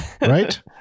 right